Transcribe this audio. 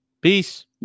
Peace